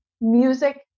music